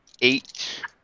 Eight